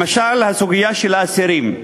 למשל, הסוגיה של האסירים.